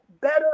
better